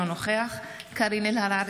אינו נוכח קארין אלהרר,